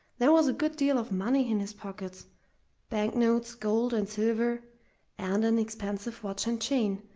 there was a good deal of money in his pockets bank-notes, gold, and silver and an expensive watch and chain,